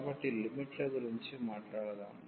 కాబట్టి లిమిట్ల గురించి మాట్లాడుదాం